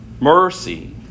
mercy